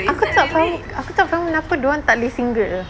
aku tak tahu aku tahu kenapa dorang tak boleh single